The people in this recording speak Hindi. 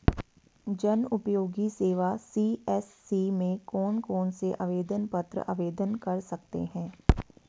जनउपयोगी सेवा सी.एस.सी में कौन कौनसे आवेदन पत्र आवेदन कर सकते हैं?